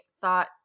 thought